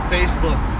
Facebook